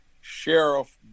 Sheriff